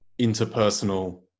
interpersonal